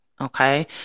Okay